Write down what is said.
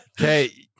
Okay